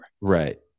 Right